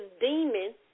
demon